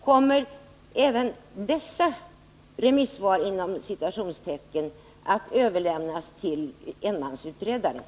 Kommer även dessa ”remissvar” att överlämnas till enmansutredaren?